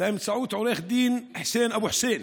באמצעות עו"ד חוסיין אבו חוסיין.